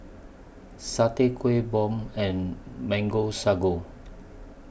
Satay Kuih Bom and Mango Sago